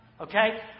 Okay